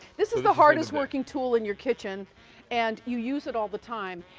this is the hardest-working tool in your kitchen and you use it all the time.